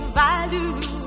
value